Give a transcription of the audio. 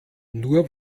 nur